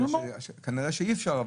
כנראה אי אפשר.